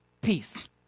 peace